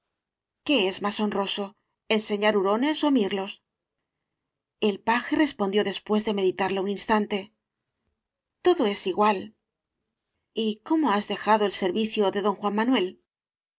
qué es más honroso enseñar hurones ó mirlos el paje respondió después de meditarlo un instante todo es igual y cómo has dejado el servicio de don juan manuel